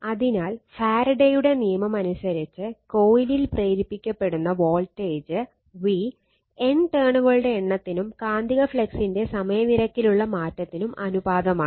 അതിനാൽ ഫാരഡെയുടെ നിയമമനുസരിച്ച് കോയിലിൽ പ്രേരിപ്പിക്കപ്പെടുന്ന വോൾട്ടേജ് v N ടേണുകളുടെ എണ്ണത്തിനും കാന്തിക ഫ്ലക്സിന്റെ സമയനിരക്കിലുള്ള മാറ്റത്തിനും ആനുപാതമാണ്